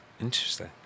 Interesting